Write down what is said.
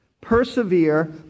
persevere